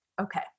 Okay